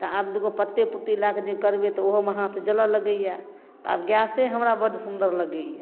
तऽ आब दुइगो पत्ते पुत्ती लऽ कऽ जे करबै तऽ ओहोमे हाथ जलै लगैए तऽ आब गैसे हमरा बड़ सुन्दर लगैए